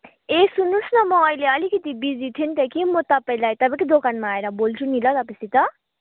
ए सुन्नुहोस् न म अहिले अलिकति बिजी थिएँ नि त के म तपाईँलाई तपाईँकै दोकानमा आएर बोल्छु नि ल तपाईँसित